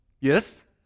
yes